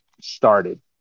started